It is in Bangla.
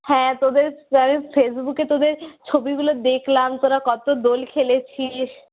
হ্যাঁ তোদের আরে ফেসবুকে তোদের ছবিগুলো দেখলাম তোরা কত দোল খেলেছিস